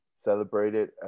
celebrated